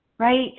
Right